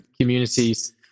communities